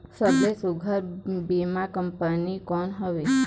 सबले सुघ्घर बीमा कंपनी कोन हवे?